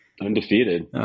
Undefeated